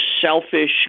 selfish